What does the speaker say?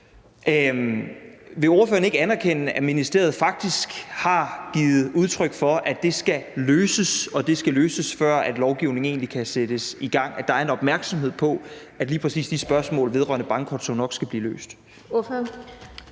vil ordføreren så ikke anerkende, at ministeriet faktisk har givet udtryk for, at det skal løses, og at det skal løses, før lovgivningen egentlig kan sættes i gang? Der er en opmærksomhed på, at lige præcis de spørgsmål vedrørende bankkontoer nok skal blive løst.